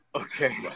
Okay